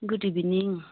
good evening